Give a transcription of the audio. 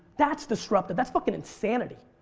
that's disruptive, that's fucking insanity.